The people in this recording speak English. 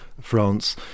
France